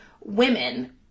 women